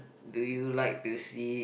do you like to see